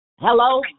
Hello